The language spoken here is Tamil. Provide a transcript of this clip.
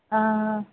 ஆஆ